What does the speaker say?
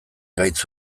gaitz